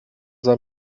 sei